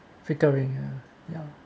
flickering ya